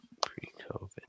Pre-COVID